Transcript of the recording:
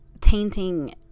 tainting